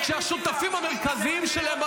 זו לא אופוזיציה, זה גופות של אנשים.